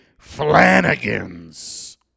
Flanagan's